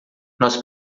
nós